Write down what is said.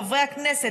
חברי הכנסת,